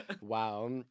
Wow